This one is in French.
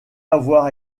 avoir